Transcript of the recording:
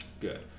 good